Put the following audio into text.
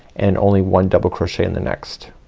and only one double crochet in the next